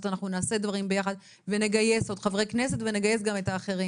אנחנו נעשה דברים ביחד ונגייס עוד חברי כנסת ונגייס גם את האחרים.